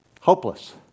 hopeless